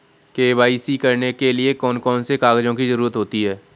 KYC करने के लिए कौन कौन से कागजों की जरूरत होती है?